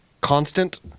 constant